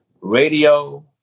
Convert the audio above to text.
radio